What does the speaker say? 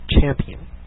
Champion